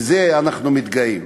בזה אנחנו מתגאים.